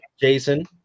Jason